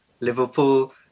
Liverpool